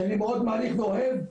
שאני מאוד מעריך ואוהב,